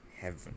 heaven